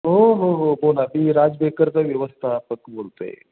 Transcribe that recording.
हो हो हो बोला ती राज बेकर्सचा व्यवस्थापक बोलतो आहे